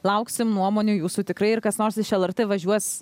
lauksim nuomonių jūsų tikrai ir kas nors iš lrt važiuos